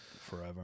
Forever